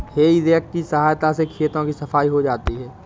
हेइ रेक की सहायता से खेतों की सफाई हो जाती है